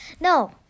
no